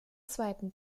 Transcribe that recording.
zweiten